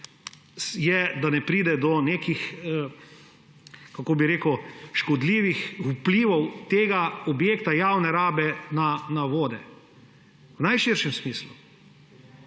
je, da ne pride do nekih, kako bi rekel, škodljivih vplivov tega objekta javne rabe na vode v najširšem smislu.